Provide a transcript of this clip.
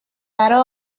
برا